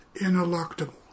ineluctable